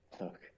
Look